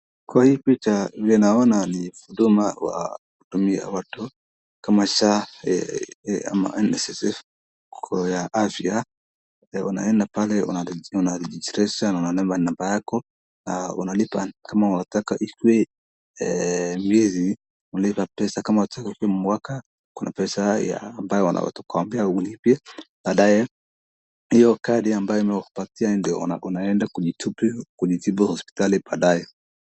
Kwa hii picha vile naona ni huduma ya kuhudumia watu kama Sha ama Nssf kwa ya afya, unaenda pale najirejesha na unapeana namba yako, kama unataka ikuwe miezi unalipa pesa kama unataka ikuwe mwaka, kuna pesa ambayo wanakuambia ulipe baadae hiyo kadi ambayo wanakupatia ndio unaenda kujitibu hospitali nayo.